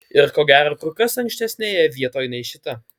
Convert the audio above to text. ir ko gero kur kas ankštesnėje vietoj nei šita